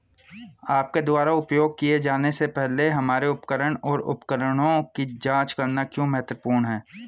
आपके द्वारा उपयोग किए जाने से पहले हमारे उपकरण और उपकरणों की जांच करना क्यों महत्वपूर्ण है?